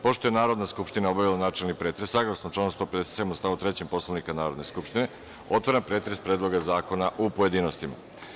Pošto je Narodna skupština obavila načelni pretres, saglasno članu 157. stav 3. Poslovnika Narodne skupštine, otvaram pretres Predloga zakona u pojedinostima.